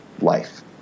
life